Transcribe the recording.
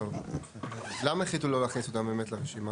טוב, למה החליטו לא להכניס אותם, באמת, לרשימה?